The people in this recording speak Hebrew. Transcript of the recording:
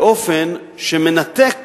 באופן שמנתק